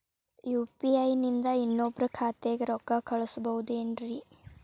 UPI ನಿಂದ ಇನ್ನೊಬ್ರ ಖಾತೆಗೆ ರೊಕ್ಕ ಕಳ್ಸಬಹುದೇನ್ರಿ?